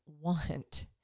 want